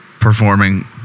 performing